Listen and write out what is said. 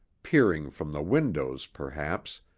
peering from the windows, perhaps,